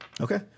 Okay